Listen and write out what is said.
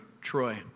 Troy